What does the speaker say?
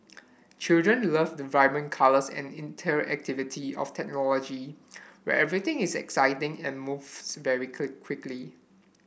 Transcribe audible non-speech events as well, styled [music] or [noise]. children love the vibrant colours and interactivity of technology where everything is exciting and moves very [unintelligible] quickly